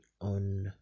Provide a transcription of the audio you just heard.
on